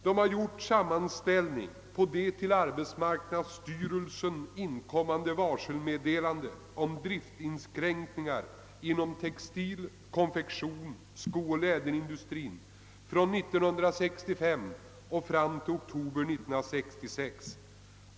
Det har gjorts en sammanställning på de till arbetsmarknadsstyrelsen inkommande varselmeddelandena om driftsinskränkningar inom textil-, konfektions-, skooch läderindustrien från 1965 fram till oktober 1966.